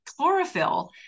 chlorophyll